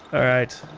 alright.